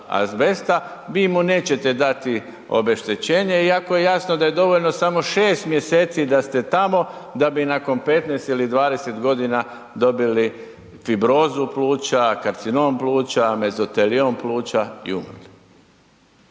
vi mu nećete dati obeštećenje iako je jasno da je dovoljno samo 6. mjeseci da ste tamo da bi nakon 15 ili 20.g. dobili fibrozu pluća, karcinom pluća, mezoteliom pluća i umrli.